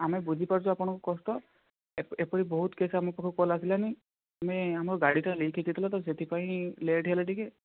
ଆମେ ବୁଝିପାରୁଛୁ ଆପଣଙ୍କ କଷ୍ଟ ଏପରି ବହୁତ କେସ୍ ଆମ ପାଖକୁ କଲ୍ ଆସିଲାଣି ଆମେ ଆମ ଗାଡ଼ିଟା ଲିକ୍ ହେଇଯାଇଥିଲା ତ ସେଥିପାଇଁ ଲେଟ୍ ହେଲା ଟିକେ